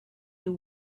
you